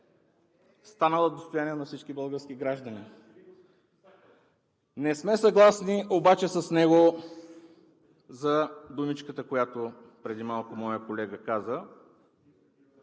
станала достояние на всички български граждани. Не сме съгласни обаче с него за думичката, която преди малко моят колега каза.